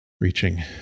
Reaching